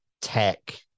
tech